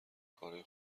کارهای